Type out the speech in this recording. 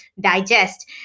digest